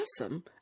Awesome